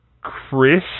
Chris